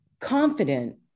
confident